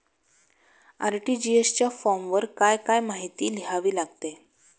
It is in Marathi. आर.टी.जी.एस च्या फॉर्मवर काय काय माहिती लिहावी लागते?